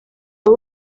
abo